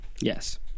Yes